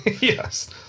Yes